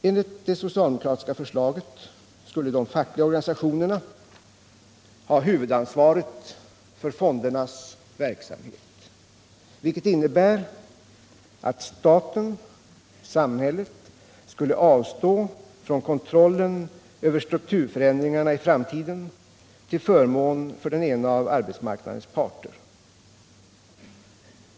Enligt det socialdemokratiska förslaget skulle de fackliga organisationerna ha huvudansvaret för fondernas verksamhet, vilket innebär att samhället skulle avstå från kontrollen över strukturförändringarna i framtiden till förmån för den ena av arbetsmarknadens parter.